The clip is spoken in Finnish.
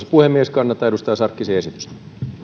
puhemies kannatan edustaja sarkkisen esitystä